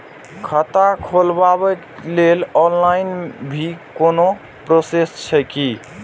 खाता खोलाबक लेल ऑनलाईन भी कोनो प्रोसेस छै की?